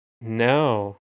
No